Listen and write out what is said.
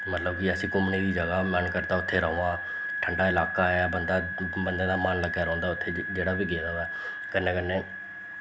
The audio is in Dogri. मतलब कि ऐसी घूमने दी जगह् मन करदा उत्थें रवां ठंडा लाका ऐ बंदा बंदे दा मन लग्गेआ दा रौंह्दा उत्थें जेह्ड़ा बी गेदा होऐ कन्नै कन्नै